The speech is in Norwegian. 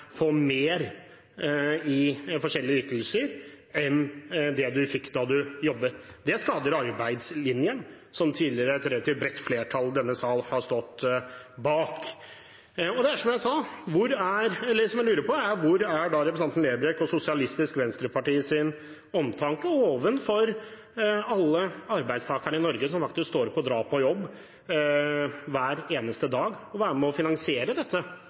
få mer i forskjellige ytelser enn det de fikk da de jobbet. Det skader arbeidslinjen, som tidligere et relativt bredt flertall i denne sal har stått bak. Det jeg lurer på, er: Hvor er representanten Lerbrekk og Sosialistisk Venstrepartis omtanke overfor alle arbeidstakerne i Norge som faktisk står opp og drar på jobb hver eneste dag og er med på å finansiere dette,